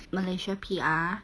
malaysia P_R